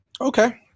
Okay